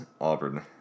Auburn